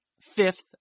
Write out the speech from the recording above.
fifth